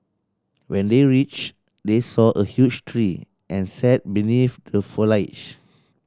when they reached they saw a huge tree and sat beneath the foliage